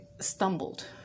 stumbled